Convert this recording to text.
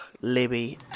Libby